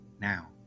now